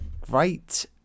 great